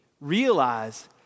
realize